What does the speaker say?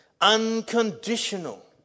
unconditional